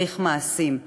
צריך מעשים.